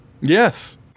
Yes